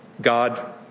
God